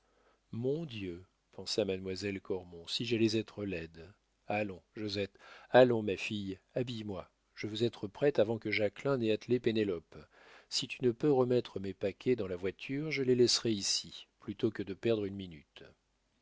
mon dieu pensa mademoiselle cormon si j'allais être laide allons josette allons ma fille habille moi je veux être prête avant que jacquelin n'ait attelé pénélope si tu ne peux remettre mes paquets dans la voiture je les laisserai ici plutôt que de perdre une minute